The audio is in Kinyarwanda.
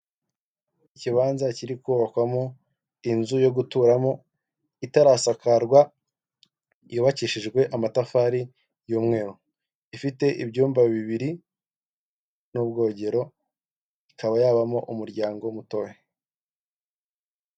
Ikibanza kiri kubakwamo inzu yo guturamo itarasakarwa yubakishijwe amatafari y'umweru ifite ibyumba bibiri n'ubwogero, ikaba yabamo umuryango mutoya.